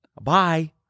Bye